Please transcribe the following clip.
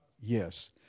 Yes